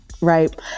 right